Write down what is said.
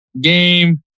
game